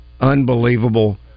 unbelievable